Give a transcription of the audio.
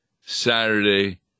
Saturday